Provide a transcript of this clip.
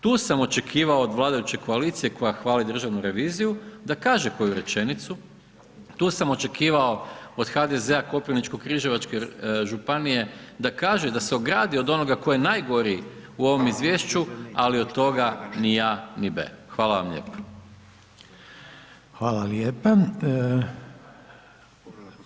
Tu sam očekivao od vladajuće koalicije koja hvali Državnu reviziju da kaže koju rečenicu, tu sam očekivao od HDZ-a Koprivničko križevačke županije da kaže, da se ogradi od onoga tko je najgori u ovom izvješću ali od toga ni a ni b. Hvala vam lijepo.